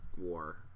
war